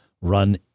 run